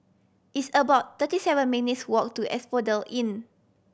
it's about thirty seven minutes' walk to Asphodel Inn